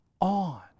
on